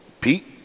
Pete